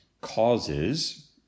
causes